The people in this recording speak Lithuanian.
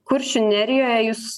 kuršių nerijoje jūs